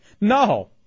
No